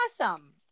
awesome